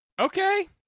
okay